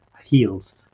heals